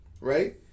right